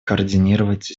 координировать